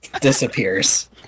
disappears